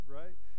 right